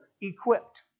equipped